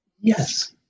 Yes